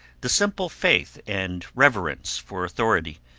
the simple faith and reverence for authority,